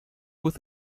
with